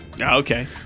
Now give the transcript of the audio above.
Okay